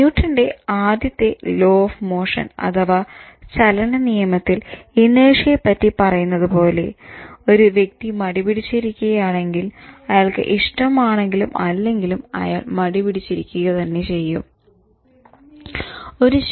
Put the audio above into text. newton ന്റെ ആദ്യത്തെ law of motion അഥവാ ചലനനിയമത്തിൽ "ഇനേർഷ്യ" യെ പറ്റി പറയുന്നത് പോലെ "ഒരു വ്യക്തി മടി പിടിച്ചിരിക്കുകയാണെങ്കിൽ അയാൾക്ക് ഇഷ്ടമാണെങ്കിലും അല്ലെങ്കിലും അയാൾ മടി പിടിച്ചിരിക്കുക തന്നെ ചെയ്യും"